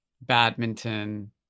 badminton